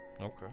Okay